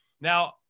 Now